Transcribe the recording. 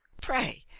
pray